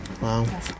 Wow